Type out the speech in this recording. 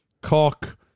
Cock